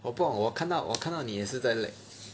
我不懂我看到我看到你也是在 lag